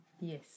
Yes